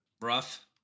rough